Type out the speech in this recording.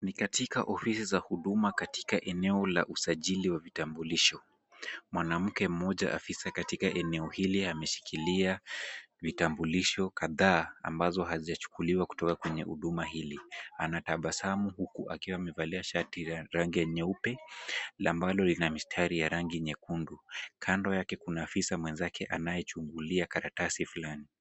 Ni katika ofisi za huduma katika eneo la usajili wa vitambulisho. Mwanamke mmoja afisa katika eneo hili ameshikilia vitambulisho kadhaa ambazo hazijachukuliwa kutoka kwenye huduma hili. Anatabasamu huku akiwa amevalia shati la rangi ya nyeupe ambalo ina mistari ya rangi nyekundu. Kando yake kuna afisa mwenzake anayechungulia karatasi fulani.